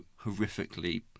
horrifically